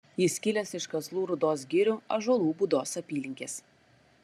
jis kilęs iš kazlų rūdos girių ąžuolų būdos apylinkės